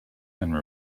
and